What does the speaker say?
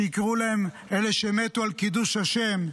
שיקראו להם אלה שמתו על קידוש השם,